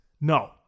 No